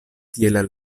tiel